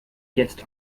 jetzt